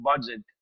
budget